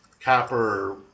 copper